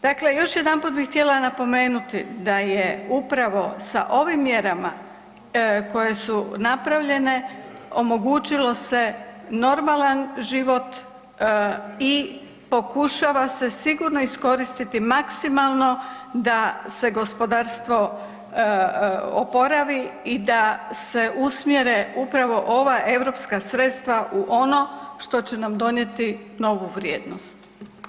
Dakle još jedanput bih htjela napomenuti da je upravo sa ovim mjerama koje su napravljene, omogućilo se normalan život i pokušava se sigurno iskoristiti maksimalno da se gospodarstvo oporavi i da se usmjere upravo ova europska sredstva u ono što će nam donijeti novu vrijednost.